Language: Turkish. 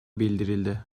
bildirildi